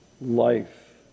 life